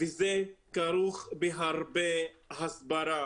וזה כרוך בהרבה הסברה,